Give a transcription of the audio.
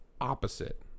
opposite